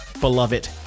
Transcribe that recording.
beloved